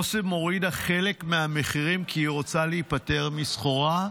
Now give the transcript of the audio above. אסם הורידה חלק מהמחירים כי היא רוצה להיפטר מסחורה,